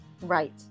Right